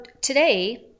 today